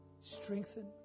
strengthen